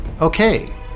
Okay